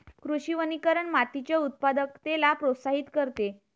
कृषी वनीकरण मातीच्या उत्पादकतेला प्रोत्साहित करते